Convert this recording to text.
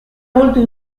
molto